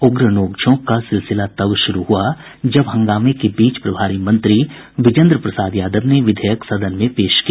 उग्र नोंक झोंक का सिलसिला तब शुरू हुआ जब हंगामे के बीच प्रभारी मंत्री विजेन्द्र प्रसाद यादव ने विधेयक सदन में पेश किया